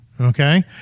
Okay